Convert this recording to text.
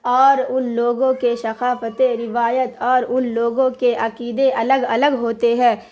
اور ان لوگوں کے ثقافتیں روایت اور ان لوگوں کے عقیدے الگ الگ ہوتے ہے